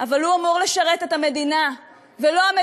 אבל הוא אמור לשרת את המדינה,